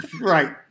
right